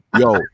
Yo